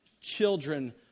children